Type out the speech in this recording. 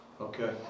Okay